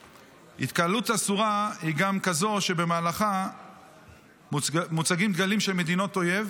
התקהלות אסורה היא גם כזאת שבמהלכה מוצגים דגלים של מדינות אויב